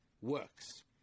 works